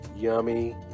yummy